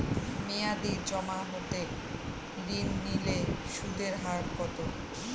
মেয়াদী জমা হতে ঋণ নিলে সুদের হার কত?